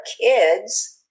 kids